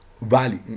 value